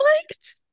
liked